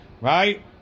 Right